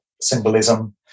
symbolism